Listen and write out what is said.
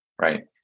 Right